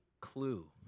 Clue